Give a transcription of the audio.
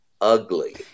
ugly